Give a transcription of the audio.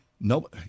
No